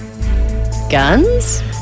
Guns